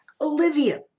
Olivia